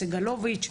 סגלוביץ',